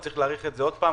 צריך להאריך את זה עוד פעם,